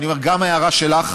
ואני אומר, גם ההערה שלך,